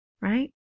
Right